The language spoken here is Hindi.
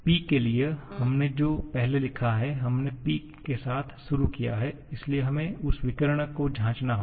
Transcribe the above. P के लिए हमने जो पहले लिखा है हमने Pके साथ शुरू किया है इसलिए हमें उस विकर्ण को जांचना होगा